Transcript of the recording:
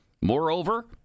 Moreover